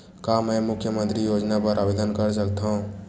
का मैं मुख्यमंतरी योजना बर आवेदन कर सकथव?